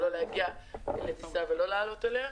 ולא להגיע לטיסה ולא לעלות עליה.